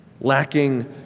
lacking